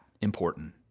important